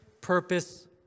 purpose